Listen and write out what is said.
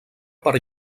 per